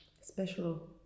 special